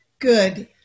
Good